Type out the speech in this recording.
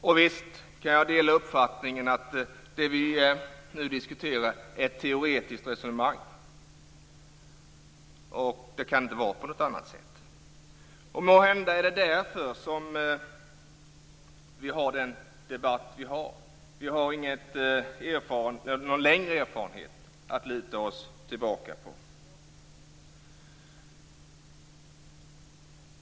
Och visst kan jag dela uppfattningen att det vi nu diskuterar är ett teoretiskt resonemang. Det kan inte vara på något annat sätt. Måhända är det därför som vi har den debatt vi har. Vi har inte någon längre erfarenhet att luta oss tillbaka mot.